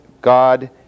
God